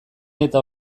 eta